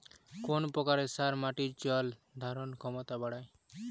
কোন প্রকার সার মাটির জল ধারণ ক্ষমতা বাড়ায়?